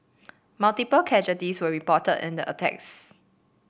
multiple casualties were reported and the attacks